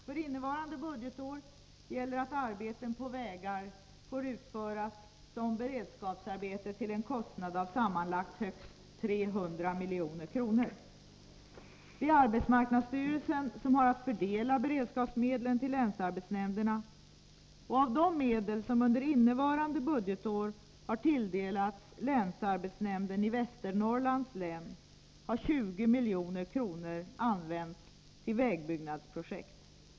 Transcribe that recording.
För innevarande budgetår gäller att arbeten på vägar får utföras som beredskapsarbete till en kostnad av sammanlagt högst 300 milj.kr. Det är arbetsmarknadsstyrelsen som har att fördela beredskapsmedlen till länsarbetshämnderna. Av de medel som innevarande budgetår har tilldelats länsarbetsnämnden i Västernorrlands län har 20 milj.kr. använts till vägbyggnadsprojekt.